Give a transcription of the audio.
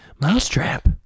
Mousetrap